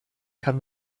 kann